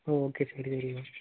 ஓ okay சரி சரி